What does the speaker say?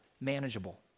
manageable